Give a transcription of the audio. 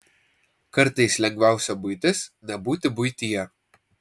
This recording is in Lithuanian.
kartais lengviausia buitis nebūti buityje